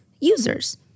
users